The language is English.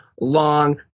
long